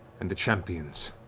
and the champions